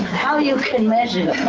how you can measure?